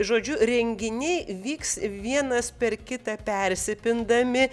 žodžiu renginiai vyks vienas per kitą persipindami